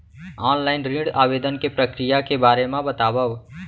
Online ऋण आवेदन के प्रक्रिया के बारे म बतावव?